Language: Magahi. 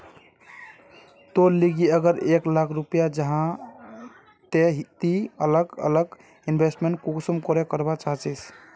तोर लिकी अगर एक लाख रुपया जाहा ते ती अलग अलग इन्वेस्टमेंट कुंसम करे करवा चाहचिस?